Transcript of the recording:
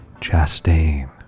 Chastain